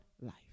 life